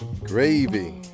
Gravy